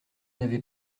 n’avez